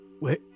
Wait